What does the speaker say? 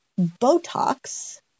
Botox